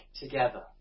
together